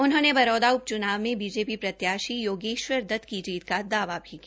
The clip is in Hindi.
उन्होंने बरोदा उपच्नाव में बीजेपी प्रत्याशी योगेश्वर दत्त की जीत का दावा भी किया